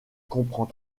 comprend